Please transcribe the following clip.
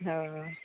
हँ